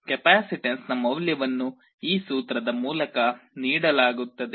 ಕೆಪಾಸಿಟನ್ಸ್ನ ಮೌಲ್ಯವನ್ನು ಈ ಸೂತ್ರದ ಮೂಲಕ ನೀಡಲಾಗುತ್ತದೆ